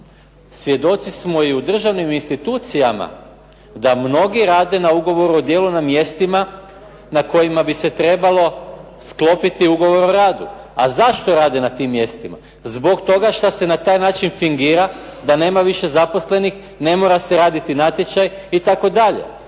svjedoci smo i u državnim institucijama da mnogi rade na ugovoru o djelu na mjestima na kojima bi se trebalo trebao sklopiti ugovor o radu. A zašto rade na tim mjestima? Zbog toga što se na taj način fingira da nema više zaposlenih, ne mora se raditi natječaj itd.